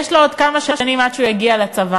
יש לו עוד כמה שנים עד שהוא יגיע לצבא.